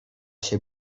się